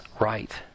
right